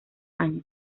años